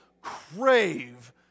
crave